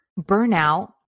Burnout